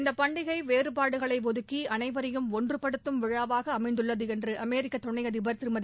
இந்த பண்டிகை வேறுபாடுகளை ஒதுக்கி அளைவரையும் ஒன்றுபடுத்தும் விழாவாக அமைந்துள்ளது என்று அமெிக்க துணை அதிபர் திருமதி